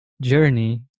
journey